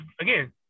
again